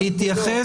מה זה בן או בת זוג,